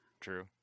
true